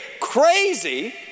crazy